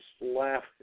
laugh